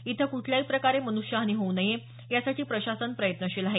इथं कुठल्याही प्रकारे मन्ष्यहानी होऊ नये यासाठी प्रशासन प्रयत्नशील आहे